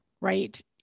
right